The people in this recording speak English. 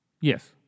Yes